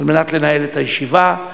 ולנהל את הישיבה.